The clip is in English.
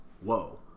Whoa